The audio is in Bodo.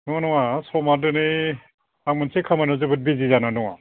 नङा नङा समा दिनै आं मोनसे खामानियाव जोबोद बिजि जाना दङ